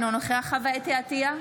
אינו נוכח חוה אתי עטייה,